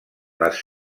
les